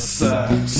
sex